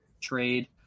trade